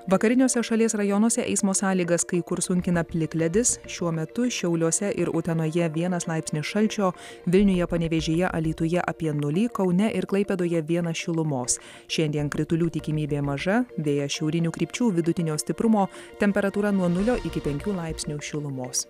vakariniuose šalies rajonuose eismo sąlygas kai kur sunkina plikledis šiuo metu šiauliuose ir utenoje vienas laipsnis šalčio vilniuje panevėžyje alytuje apie nulį kaune ir klaipėdoje vienas šilumos šiandien kritulių tikimybė maža vėjas šiaurinių krypčių vidutinio stiprumo temperatūra nuo nulio iki penkių laipsnių šilumos